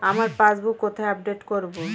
আমার পাসবুক কোথায় আপডেট করব?